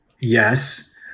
Yes